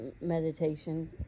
meditation